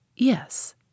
Yes